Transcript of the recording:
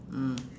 mm